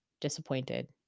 disappointed